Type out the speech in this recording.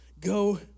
Go